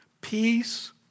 peace